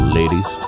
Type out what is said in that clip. ladies